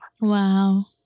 Wow